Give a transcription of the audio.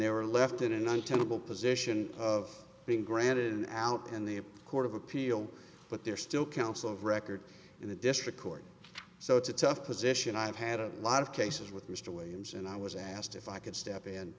they were left in an untenable position of being granted an alp in the court of appeal but they're still counsel of record in the district court so it's a tough position i've had a lot of cases with mr williams and i was asked if i could step in